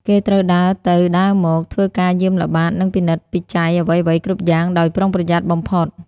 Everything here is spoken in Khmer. គេត្រូវដើរទៅដើរមក ធ្វើការយាមល្បាត និងពិនិត្យពិច័យអ្វីៗគ្រប់យ៉ាងដោយប្រុងប្រយ័ត្នបំផុត។